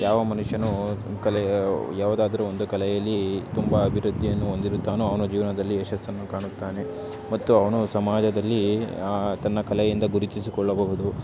ಯಾವ ಮನುಷ್ಯನು ಕಲೆಯ ಯಾವುದಾದರೂ ಒಂದು ಕಲೆಯಲ್ಲಿ ತುಂಬ ಅಭಿವೃದ್ಧಿಯನ್ನು ಹೊಂದಿರುತ್ತಾನೋ ಅವನು ಜೀವನದಲ್ಲಿ ಯಶಸ್ಸನ್ನು ಕಾಣುತ್ತಾನೆ ಮತ್ತು ಅವನು ಸಮಾಜದಲ್ಲಿ ತನ್ನ ಕಲೆಯಿಂದ ಗುರುತಿಸಿಕೊಳ್ಳಬಹುದು